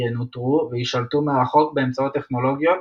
ינוטרו ויישלטו מרחוק באמצעות טכנולוגיות,